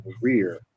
career